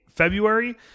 February